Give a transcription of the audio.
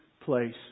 place